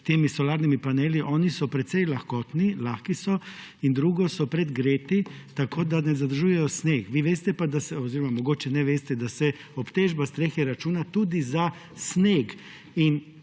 s temi solarnimi paneli oni so precej lahkotni, lahki so in drugo, so pregreti tako, da ne zadržujejo sneg. Vi veste pa mogoče ne veste, da se obtežba strehe računa tudi za sneg